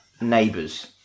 neighbours